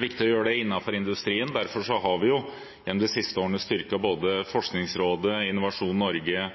viktig å gjøre det innenfor industrien. Derfor har vi i de siste årene styrket både Forskningsrådet, Innovasjon Norge,